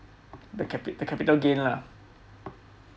the capi~ the capital gain lah